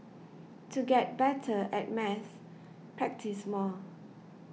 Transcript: to get better at maths practise more